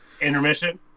Intermission